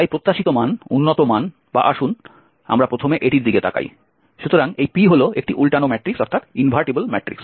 তাই প্রত্যাশিত মান উন্নত মান বা আসুন আমরা প্রথমে এটির দিকে তাকাই সুতরাং এই P হল একটি উল্টানো ম্যাট্রিক্স